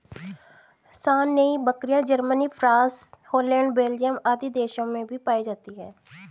सानेंइ बकरियाँ, Germany, France, Holland, Belgium आदि देशों में भी पायी जाती है